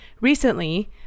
Recently